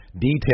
details